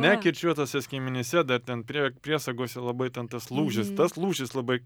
nekirčiuotuose skiemenyse dar ten prie priesagose labai ten tas lūžis tas lūžis labai